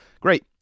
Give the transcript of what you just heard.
great